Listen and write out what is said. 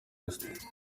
esther